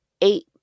eight